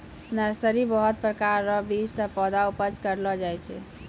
nursery बहुत प्रकार रो बीज से पौधा उपज करलो जाय छै